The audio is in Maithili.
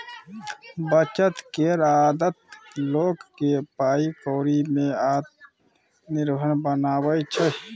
बचत केर आदत लोक केँ पाइ कौड़ी में आत्मनिर्भर बनाबै छै